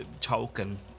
token